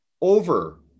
over